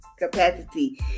capacity